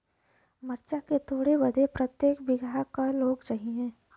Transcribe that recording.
मरचा के तोड़ बदे प्रत्येक बिगहा क लोग चाहिए?